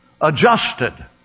adjusted